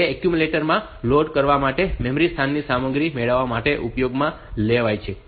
તે એક્યુમ્યુલેટર માં લોડ કરવા માટે મેમરી સ્થાનની સામગ્રી મેળવવા માટે ઉપયોગમાં લેવાય છે